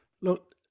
look